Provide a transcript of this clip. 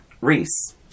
Reese